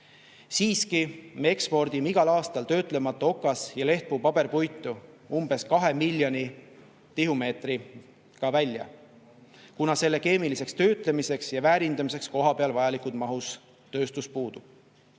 Siiski me ekspordime igal aastal töötlemata okas- ja lehtpuu paberipuitu umbes kahe miljoni tihumeetri välja, kuna selle keemiliseks töötlemiseks ja väärindamiseks kohapeal vajalikus mahus tööstus puudub.